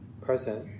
present